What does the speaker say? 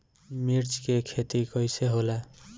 मिर्च के खेती कईसे होला?